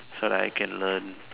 so that I can learn